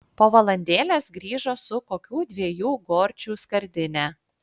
po valandėlės grįžo su kokių dviejų gorčių skardine